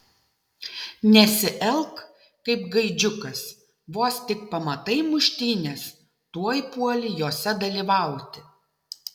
nesielk kaip gaidžiukas vos tik pamatai muštynes tuoj puoli jose dalyvauti